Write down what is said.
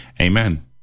Amen